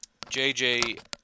JJ